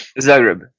Zagreb